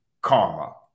karma